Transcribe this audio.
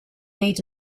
need